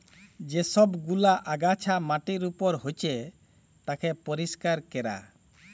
যে সব গুলা আগাছা মাটির উপর হচ্যে তাকে পরিষ্কার ক্যরা